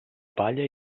palla